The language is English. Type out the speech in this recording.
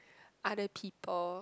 other people